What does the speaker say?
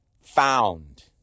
found